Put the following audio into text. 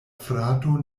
frato